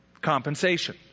Compensation